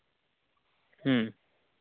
ᱦᱮᱸ